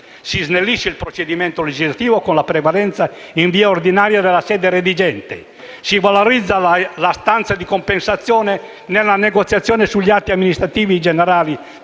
Si snellisce il procedimento legislativo con la prevalenza, in via ordinaria, della sede redigente. Si valorizza la stanza di compensazione nella negoziazione sugli atti amministrativi generali